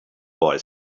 boy